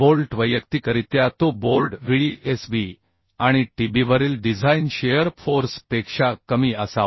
bolt वैयक्तिकरित्या तो board Vdsb आणि Tbवरील डिझाइन शिअर फोर्स पेक्षा कमी असावा